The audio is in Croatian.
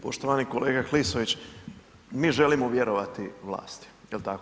Poštovani kolega Klisović, mi želimo vjerovati vlasti jel tako?